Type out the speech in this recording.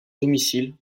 domicile